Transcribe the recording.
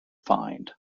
find